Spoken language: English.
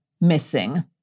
missing